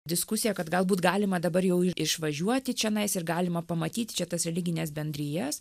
diskusija kad galbūt galima dabar jau išvažiuoti čionais ir galima pamatyti čia tas religines bendrijas